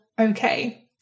okay